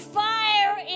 fire